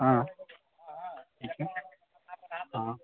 हँ ठीक छै हँ